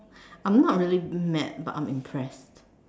I'm not really mad but I'm impressed